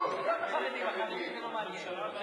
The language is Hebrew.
לא, החרדים לא מעניינים.